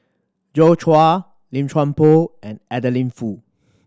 Joi Chua Lim Chuan Poh and Adeline Foo